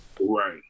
Right